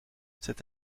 cet